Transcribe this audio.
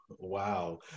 Wow